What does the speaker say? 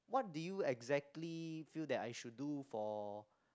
what do you exactly feel that I should do for